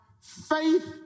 faith